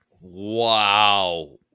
Wow